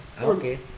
okay